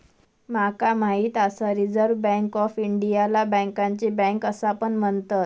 माका माहित आसा रिझर्व्ह बँक ऑफ इंडियाला बँकांची बँक असा पण म्हणतत